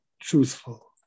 truthful